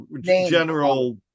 general